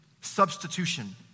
substitution